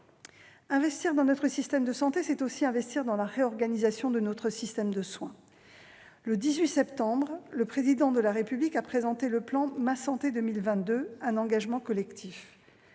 Investir dans notre système de santé, c'est aussi investir dans la réorganisation de notre système de soins. Le 18 septembre dernier, le Président de la République a présenté le plan « Ma santé 2022 : un engagement collectif